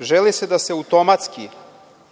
želi se da se automatski,